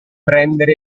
prendere